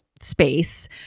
space